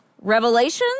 Revelations